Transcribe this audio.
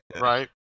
Right